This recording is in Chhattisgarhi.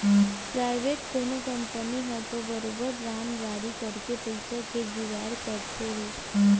पराइवेट कोनो कंपनी ह तो बरोबर बांड जारी करके पइसा के जुगाड़ करथे ही